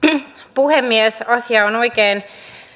puhemies asia on oikein